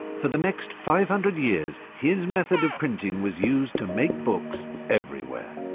for the next five hundred years, his method of printing was used to make books everywhere.